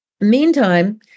Meantime